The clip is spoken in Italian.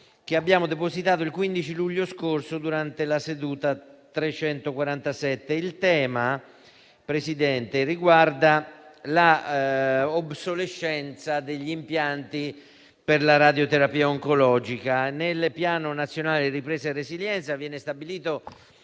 che abbiamo depositato il 15 luglio scorso durante la seduta n. 347, avente ad oggetto l'obsolescenza degli impianti per la radioterapia oncologica. Nel Piano nazionale di ripresa e resilienza viene stabilita